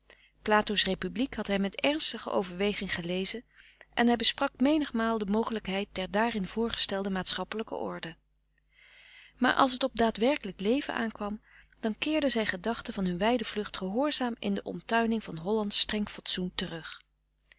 plato's republiek had hij met ernstige overweging gelezen en hij besprak menigmaal de mogelijkfrederik van eeden van de koele meren des doods heid der daarin voorgestelde maatschappelijke orde maar als t op daadwerkelijk leven aankwam dan keerden zijn gedachten van hun wijde vlucht gehoorzaam in de omtuining van hollandsch streng fatsoen terug